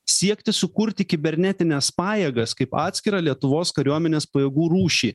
siekti sukurti kibernetines pajėgas kaip atskirą lietuvos kariuomenės pajėgų rūšį